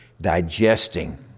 digesting